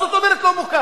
מה זאת אומרת לא מוכר?